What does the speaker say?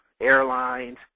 Airlines